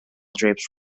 drapes